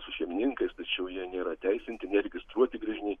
su šeimininkais tačiau jie nėra teisinti neregistruoti gręžiniai